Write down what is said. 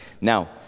Now